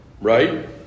right